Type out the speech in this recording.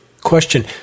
Question